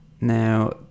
Now